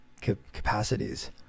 capacities